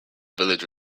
village